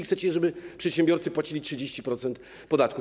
Chcecie, żeby przedsiębiorcy płacili 30% podatków.